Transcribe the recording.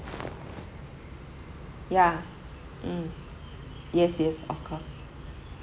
yeah mm yes yes of course